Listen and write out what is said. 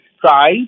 try